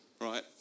right